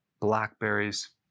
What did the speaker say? blackberries